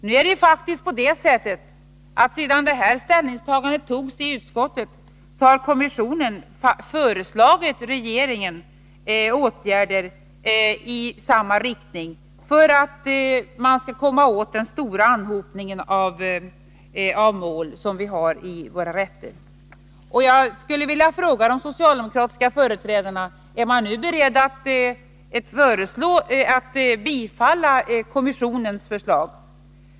Nu är det faktiskt så, att sedan utskottet tog ställning har kommissionen föreslagit regeringen åtgärder i samma riktning för att man skall klara av den stora anhopningen av mål i domstolarna. Jag skulle vilja fråga socialdemokraternas företrädare i utskottet: Är ni nu beredda att bifalla kommissionens förslag?